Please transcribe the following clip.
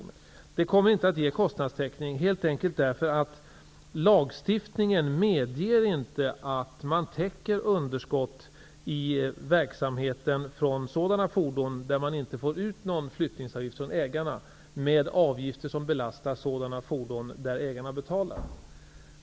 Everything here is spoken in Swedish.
Det här kommer inte att ge en full kostnadstäckning, helt enkelt därför att lagstiftningen inte medger att underskottet i verksamheten på grund av obetalda avgifter från ägare till vissa fordon täcks in av avgifter som belastar fordon vars ägare betalar.